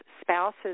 spouses